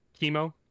chemo